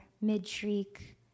mid-shriek